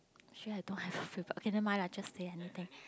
actually I don't have a favourite okay never mind lah just say anything